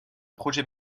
projet